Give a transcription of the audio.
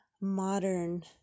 modern